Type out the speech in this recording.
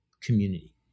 community